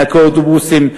נהגי אוטובוסים,